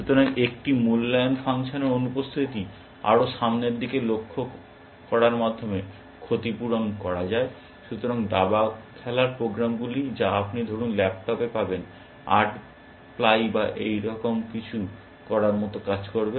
সুতরাং একটি মূল্যায়ন ফাংশনের অনুপস্থিতি আরও সামনের দিকে লক্ষ্য করার মাধ্যমে ক্ষতিপূরণ করা হয় সাধারণ দাবা খেলার প্রোগ্রামগুলি যা আপনি ধরুন ল্যাপটপে পাবেন আট প্লাই বা এরকম কিছু করার মতো কাজ করবে